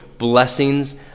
blessings